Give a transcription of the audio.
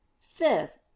Fifth